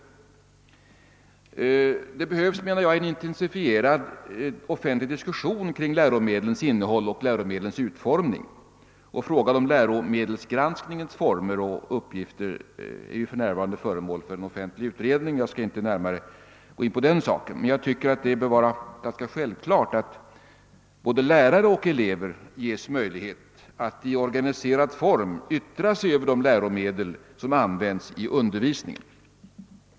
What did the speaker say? Det behövs, menar jag, en intensifierad offentlig diskussion kring läromedlens innehåll och utformning. Frågan om läromedelsgranskningens former och uppgifter är för närvarande föremål för en offentlig utredning; jag skall inte närmare gå in på den saken. Men jag tycker att det borde vara självklart att både lärare och elever skall ges möjlighet att i organiserad form yttra sig över de läromedel som används i undervisningen.